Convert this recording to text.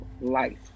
life